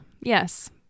Yes